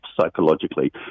psychologically